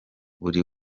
buri